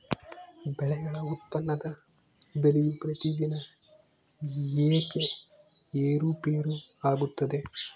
ಬೆಳೆಗಳ ಉತ್ಪನ್ನದ ಬೆಲೆಯು ಪ್ರತಿದಿನ ಏಕೆ ಏರುಪೇರು ಆಗುತ್ತದೆ?